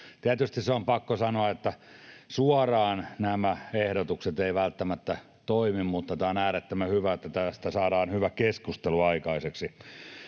Tietysti se on pakko sanoa, että suoraan nämä ehdotukset eivät välttämättä toimi, mutta on äärettömän hyvä, että tästä saadaan hyvä keskustelu aikaiseksi.